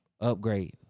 Upgrade